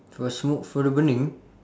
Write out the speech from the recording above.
the smoke from the burning